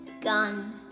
gun